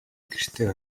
гэртээ